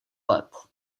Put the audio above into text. let